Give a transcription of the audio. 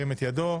ירים את ידו.